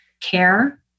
care